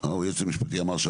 רשאית המועצה המאסדרת,